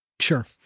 Sure